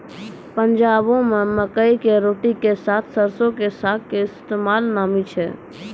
पंजाबो मे मकई के रोटी के साथे सरसो के साग के इस्तेमाल नामी छै